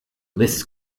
lists